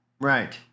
Right